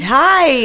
hi